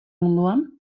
munduan